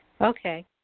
Okay